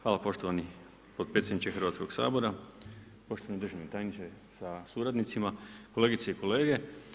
Hvala poštovani potpredsjedniče Hrvatskog sabora, poštovani državni tajniče sa suradnicima, kolegice i kolege.